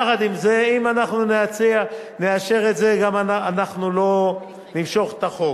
יחד עם זה, אם נאשר את זה, לא נמשוך את החוק.